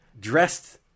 dressed